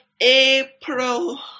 April